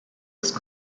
ist